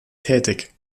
tätig